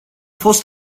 fost